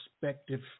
perspective